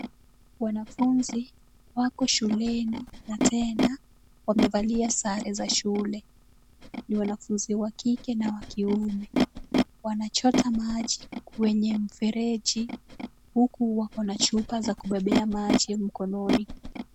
Wanafunzi wako shuleni na tena wamevalia sare za shule, ni wanafunzi wa kike na kiume wanachota maji kwenye mfereji huku wako na chupa za kubebea maji mkononi.